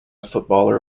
footballer